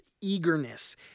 eagerness